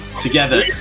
together